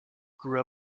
grew